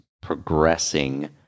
progressing